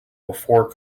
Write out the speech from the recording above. before